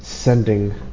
sending